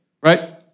right